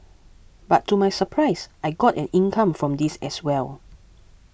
but to my surprise I got an income from this as well